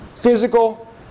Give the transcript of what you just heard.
Physical